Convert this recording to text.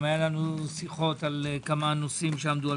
גם היו לנו שיחות על כמה שנושאים שעמדו על